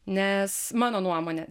nes mano nuomone